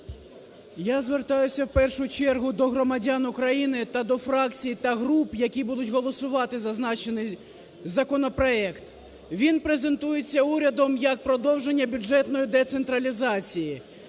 Я звертаюся, в першу чергу, до громадян України та до фракцій та груп, які будуть голосувати зазначений законопроект. Він презентується урядом як продовження бюджетної децентралізації.